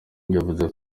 yavuze